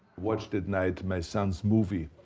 watched at night, my son's movie,